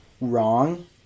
wrong